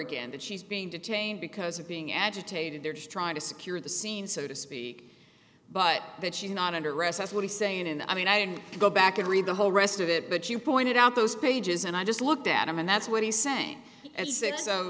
again that she's being detained because of being agitated they're just trying to secure the scene so to speak but that she's not under arrest that's what he's saying and i mean i can go back and read the whole rest of it but you pointed out those pages and i just looked at them and that's what he's saying